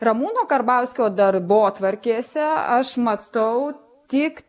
ramūno karbauskio darbotvarkėse aš matau tik